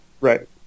right